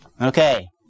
Okay